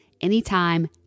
anytime